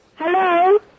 Hello